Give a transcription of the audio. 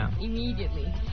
Immediately